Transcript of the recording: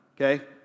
Okay